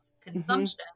consumption